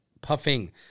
puffing